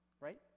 right